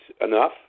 enough